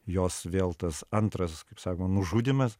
jos vėl tas antras kaip sako nužudymas